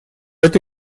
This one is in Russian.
эта